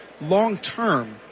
long-term